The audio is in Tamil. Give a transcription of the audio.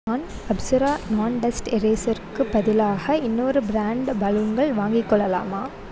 நான் அப்ஸரா நாண் டஸ்ட் எரேசருக்கு பதிலாக இன்னொரு ப்ராண்ட் பலூன்கள் வாங்கிக் கொள்ளலாமா